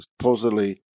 supposedly